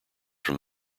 from